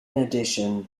addition